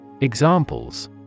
Examples